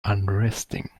unresting